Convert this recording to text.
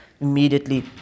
immediately